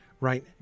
right